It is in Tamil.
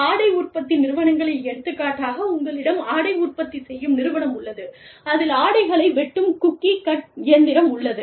ஆடை உற்பத்தி நிறுவனங்களில் எடுத்துக்காட்டாக உங்களிடம் ஆடை உற்பத்தி செய்யும் நிறுவனம் உள்ளது அதில் ஆடைகளை வெட்டும் குக்கி கட் இயந்திரம் உள்ளது